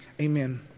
amen